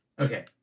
okay